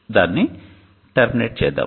దాన్ని టెర్మినేట్ చేద్దాం